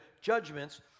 judgments